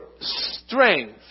strength